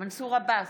מנסור עבאס,